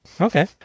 okay